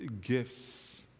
gifts